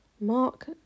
Mark